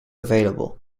available